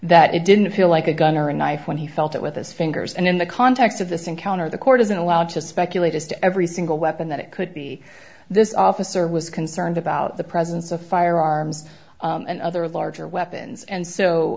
that it didn't feel like a gun or a knife when he felt it with his fingers and in the context of this encounter the court isn't allowed to speculate as to every single weapon that it could be this officer was concerned about the presence of firearms and other larger weapons and so